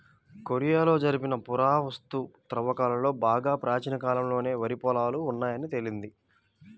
కొరియాలో జరిపిన పురావస్తు త్రవ్వకాలలో బాగా ప్రాచీన కాలంలోనే వరి పొలాలు ఉన్నాయని తేలింది